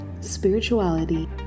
spirituality